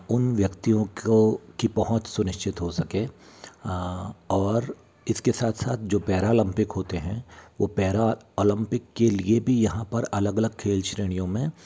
उन व्यक्तियों को की पहुँच सुनिश्चित हो सके और इसके साथ साथ जो पैरा अलोम्पिक होते हैं वो पैरा अलोम्पिक के लिए भी यहाँ पर अलग अलग खेल श्रेणियों में